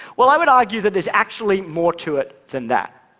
well, i would argue that there's actually more to it than that.